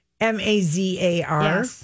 M-A-Z-A-R